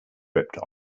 ripped